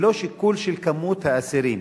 ולא שיקול של כמות האסירים.